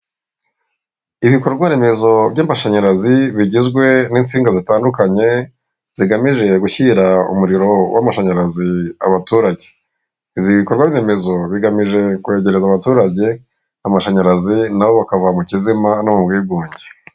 Ibikorwaremezo by'amashanyarazi bigizwe n'insinga zitandukanye, zigamije gushyira umuriro w'amashanyarazi abaturage. Ibikorwaremezo bigamije kwegereza abaturage amashanyarazi nabo bakaba mu kizima no mu bwigunge.